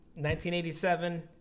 1987